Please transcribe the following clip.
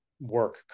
work